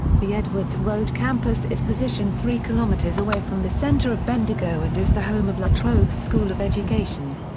the edwards road campus is positioned three kilometres away from the centre of bendigo and is the home of la trobe's school of education.